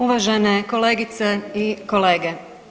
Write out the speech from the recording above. Uvažene kolegice i kolege.